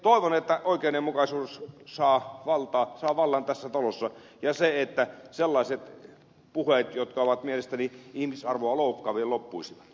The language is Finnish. toivon että oikeudenmukaisuus saa vallan tässä talossa ja sellaiset puheet jotka ovat mielestäni ihmisarvoa loukkaavia loppuisivat